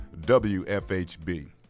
WFHB